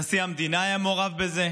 נשיא המדינה היה מעורב בזה,